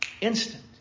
Instant